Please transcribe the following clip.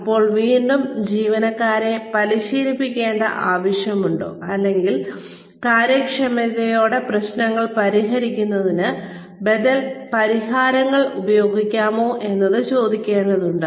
അപ്പോൾ വീണ്ടും ജീവനക്കാരെ പരിശീലിപ്പിക്കേണ്ട ആവശ്യമുണ്ടോ അല്ലെങ്കിൽ കാര്യക്ഷമതയോടെ പ്രശ്നങ്ങൾ പരിഹരിക്കുന്നതിന് ബദൽ പരിഹാരങ്ങൾ ഉപയോഗിക്കാമോ എന്നത് ചോദിക്കേണ്ടതുണ്ട്